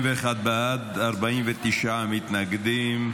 41 בעד, 49 מתנגדים.